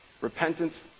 Repentance